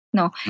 No